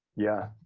yeah,